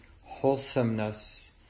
wholesomeness